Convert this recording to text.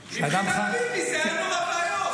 -- מבחינת ביבי זה היה נורא ואיום.